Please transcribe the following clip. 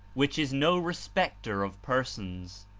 which is no respecter of persons.